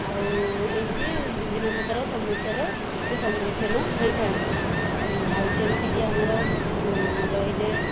ଆଉ ଏମିତି ବିଭିନ୍ନ ପ୍ରକାର ସମସ୍ୟାର ସେ ସମ୍ମୁଖୀନ ହୋଇଥାନ୍ତି ଆଉ ଯେମିତିକି ଆମର ରହିଲେ